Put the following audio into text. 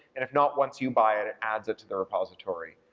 and if not, once you buy it, it adds it to the repository.